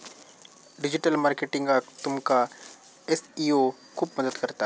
digital मार्केटिंगाक तुमका SEO खूप मदत करता